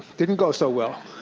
didn't go so well.